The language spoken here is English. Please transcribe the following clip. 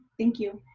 thank you.